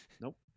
Nope